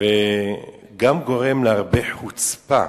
וגם גורם להרבה חוצפה